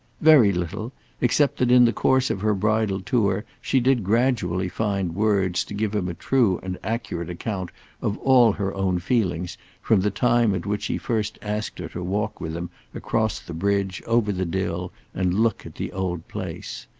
very little except that in the course of her bridal tour she did gradually find words to give him a true and accurate account of all her own feelings from the time at which he first asked her to walk with him across the bridge over the dill and look at the old place.